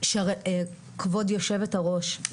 כבוד יושבת-הראש,